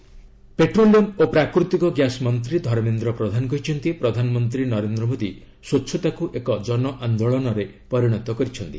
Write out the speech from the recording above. Mamendra Pradhan petroleum ଓ ପ୍ରାକୃତିକ gas ମନ୍ତ୍ରୀ ଧର୍ମେନ୍ଦ୍ର ପ୍ରଧାନ କହିଛନ୍ତି ପ୍ରଧାନମନ୍ତ୍ରୀ ନରେନ୍ଦ୍ର ମୋଦୀ ସ୍ୱଚ୍ଛତାକୁ ଏକ ଜନଆନ୍ଦୋଳନରେ ପରିଣତ କରିଛନ୍ତି